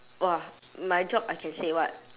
!wah! my job I can say what